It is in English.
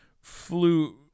flew